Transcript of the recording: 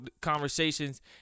conversations